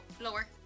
lower